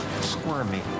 Squirmy